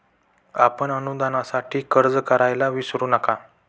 आपण अनुदानासाठी अर्ज करायला विसरू नका